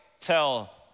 tell